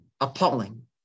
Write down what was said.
appalling